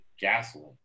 gasoline